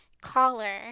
collar